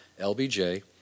LBJ